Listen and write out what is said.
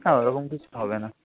না ওরকম কিছু হবে না